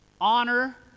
honor